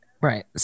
Right